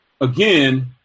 again